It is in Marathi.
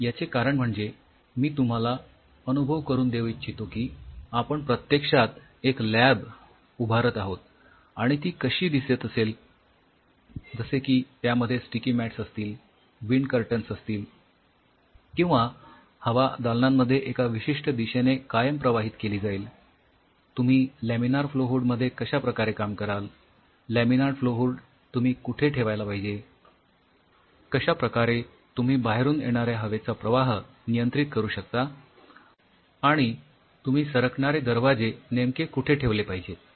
याचे कारण म्हणजे मी तुम्हाला अनुभव करून देऊ इच्छीतो की आपण प्रत्यक्षात एक लॅब प्रयोगशाळा उभारत आहोत आणि ती कशी दिसत असेल जसे की त्यामध्ये स्टिकी मॅट्स असतील विंड कर्टन्स असतील किंवा हवा दालनांमध्ये एका विशिष्ठ दिशेने कायम प्रवाहित केली जाईल तुम्ही लॅमिनार फ्लो हूड मध्ये कश्या प्रकारे काम कराल लॅमिनार फ्लो हूड तुम्ही कुठे ठेवायला पाहिजे कश्या प्रकारे तुम्ही बाहेरून येणाऱ्या हवेचा प्रवाह नियंत्रित करू शकता आणि तुम्ही सरकणारे दरवाजे नेमके कुठे ठेवले पाहिजेत